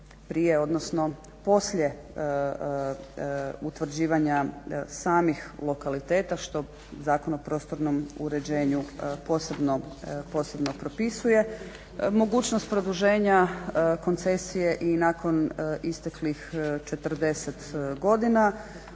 odnosno poslije utvrđivanja samih lokaliteta, što Zakon o prostornom uređenju posebno propisuje, mogućnost produženja koncesije i nakon isteklih 40 godina,